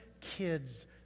kid's